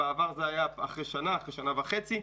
בעבר זה היה אחרי שנה-שנה וחצי.